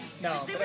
No